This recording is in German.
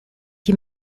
die